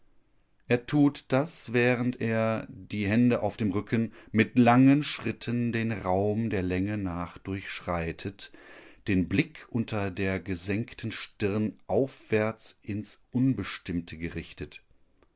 er tut das während er die hände auf dem rücken mit langen schritten den raum der länge nach durchschreitet den blick unter der gesenkten stirn aufwärts ins unbestimmte gerichtet